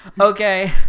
Okay